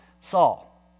Saul